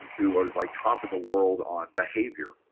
who are like top of the world on behavior.